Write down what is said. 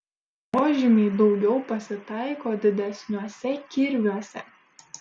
požymiai daugiau pasitaiko didesniuose kirviuose